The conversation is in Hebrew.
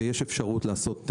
ויש אפשרות לעשות.